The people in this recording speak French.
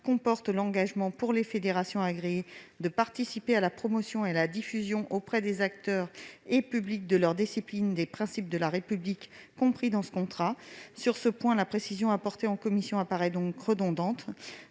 comporte l'engagement, pour les fédérations agréées, de participer à la promotion et à la diffusion auprès des acteurs et publics de leur discipline des principes de la République détaillés dans ce contrat. Sur ce point, la précision apportée en commission paraît donc redondante.